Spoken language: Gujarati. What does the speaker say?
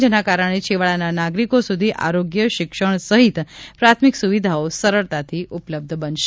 જેના કારણે છેવાડાના નાગરિકો સુધી આરોગ્ય શિક્ષણ સહિતની પ્રાથમિક સુવિધાઓ સરળતાથી ઉપલબ્ધ થશે